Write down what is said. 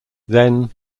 then